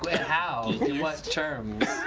how, what terms?